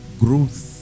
growth